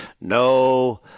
no